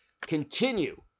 continue